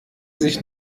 sich